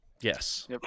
Yes